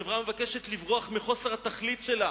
חברה המבקשת לברוח מחוסר התכלית שלה